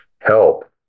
help